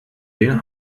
den